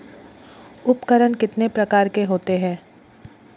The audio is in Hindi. उपकरण कितने प्रकार के होते हैं?